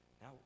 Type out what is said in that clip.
Now